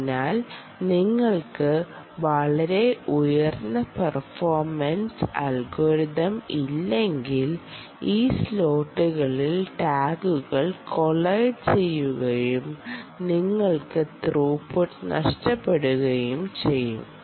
അതിനാൽ നിങ്ങൾക്ക് വളരെ ഉയർന്ന പെർഫോർമെൻസ് അൽഗോരിതം ഇല്ലെങ്കിൽ ഈ സ്ലോട്ടുകളിൽ ടാഗുകൾ കൊളയ്ഡ് ചെയ്യുകയും നിങ്ങൾക്ക് ത്രൂപുട്ട് നഷ്ടപ്പെടുകയും ചെയ്യും